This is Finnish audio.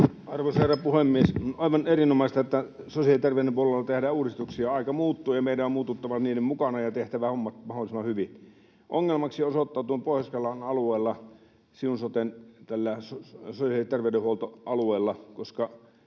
Arvoisa herra puhemies! On aivan erinomaista, että sosiaali- ja terveydenhuollon puolella tehdään uudistuksia. Aika muuttuu ja meidän on muututtava sen mukana ja tehtävä hommat mahdollisimman hyvin. Ongelmaksi osoittautui Siun soten, Pohjois-Karjalan sosiaali- ja terveydenhuoltoalueella...